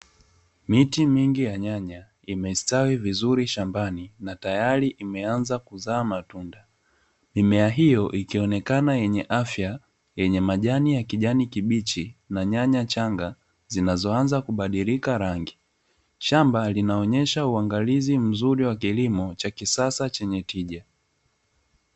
Miti mingi ya nyanya imestawi vizuri shambani na tayari imeanza kuzaa matunda, mimea hiyo ikionekana yenye afya na majani ya kijani kibichi, na nyanya changa zinazoanza kubadilika rangi, shamba linaonyesha uangalizi mzuri wa kilimo cha kisasa chenye tija.